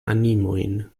animojn